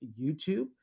YouTube